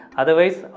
otherwise